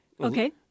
Okay